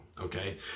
okay